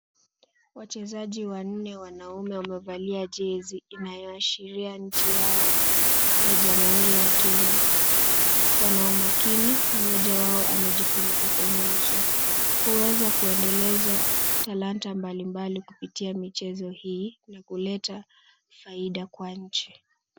Wachezaji wanne wanaume wamevalia jezi inayoashiria nchi yao ya jamhuri ya kenya. Wana umakini mmoja wao amejifunika kwenye uso. Huweza uendeleza talanta mbalimbali kupitia michezo hii na kuleta faida kwa nchi.